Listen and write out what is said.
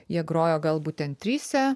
jie grojo gal būtent trise